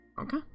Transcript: Okay